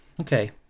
Okay